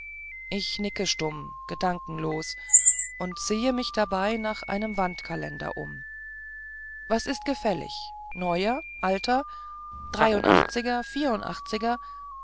ich nicke stumm gedankenlos und sehe mich dabei nach einem wandkalender um was ist gefällig neuer alter dreiundachtziger vierundachtziger